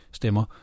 stemmer